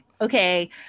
okay